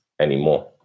anymore